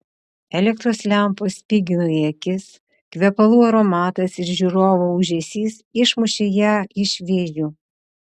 elektros lempos spigino į akis kvepalų aromatas ir žiūrovų ūžesys išmušė ją iš vėžių